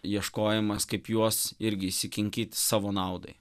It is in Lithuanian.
ieškojimas kaip juos irgi įsikinkyt savo naudai